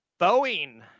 Boeing